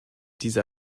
diese